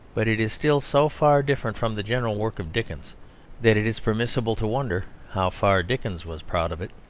but it is still so far different from the general work of dickens that it is permissible to wonder how far dickens was proud of it.